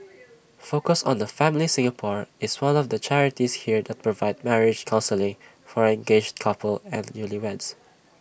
focus on the family Singapore is one of the charities here that provide marriage counselling for engaged couples and newlyweds